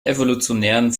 evolutionären